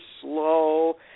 slow